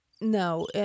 No